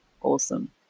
awesome